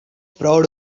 proud